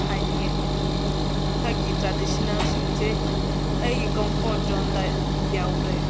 ꯍꯥꯏꯅꯤꯡꯉꯦ ꯇ꯭ꯔꯦꯗꯤꯁꯅꯦꯜꯁꯤꯡꯁꯦ ꯑꯩꯒꯤ ꯀꯞꯐꯣꯔꯠ ꯖꯣꯟꯗ ꯌꯥꯎꯗ꯭ꯔꯦ